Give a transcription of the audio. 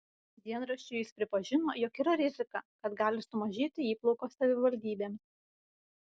dienraščiui jis pripažino jog yra rizika kad gali sumažėti įplaukos savivaldybėms